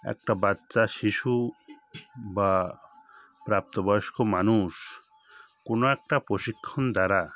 একটা বাচ্চা শিশু বা প্রাপ্তবয়স্ক মানুষ কোনও একটা প্রশিক্ষণ দ্বারা